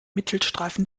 mittelstreifen